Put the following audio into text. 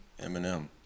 Eminem